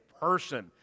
person